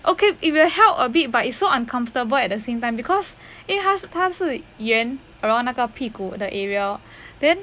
okay it will help a bit but it's so uncomfortable at the same time because 因为他是他是圆 around 那个屁股的 area then